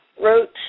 wrote